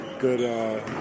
Good